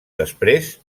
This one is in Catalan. després